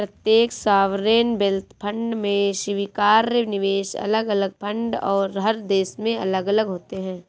प्रत्येक sovereign wealth fund में स्वीकार्य निवेश अलग अलग फंड और हर देश में अलग अलग होते हैं